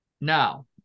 Now